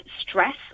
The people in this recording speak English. stress